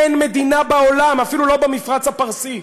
אין מדינה בעולם, אפילו לא במפרץ הפרסי.